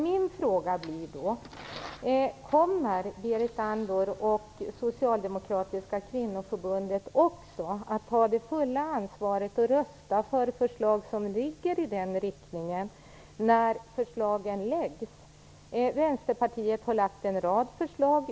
Min fråga lyder: Kommer Berit Andnor och socialdemokratiska kvinnoförbundet också att ta det fulla ansvaret och rösta för förslag i den riktningen när förslagen läggs fram? Vänsterpartiet har lagt fram en rad förslag.